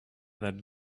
that